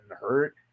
hurt